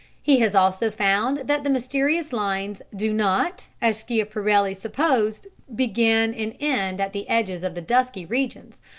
he has also found that the mysterious lines do not, as schiaparelli supposed, begin and end at the edges of the dusky regions,